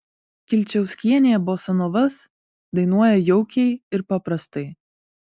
kilčiauskienė bosanovas dainuoja jaukiai ir paprastai